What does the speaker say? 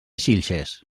xilxes